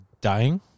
dying